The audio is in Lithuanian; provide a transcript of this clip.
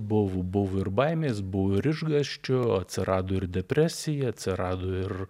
buvo buvo ir baimės buvo ir išgąsčio atsirado ir depresija atsirado ir